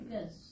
Yes